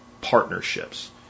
partnerships